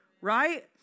right